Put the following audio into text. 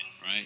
Right